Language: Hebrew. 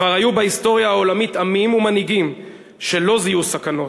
כבר היו בהיסטוריה העולמית עמים ומנהיגים שלא זיהו סכנות.